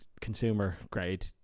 consumer-grade